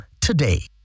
today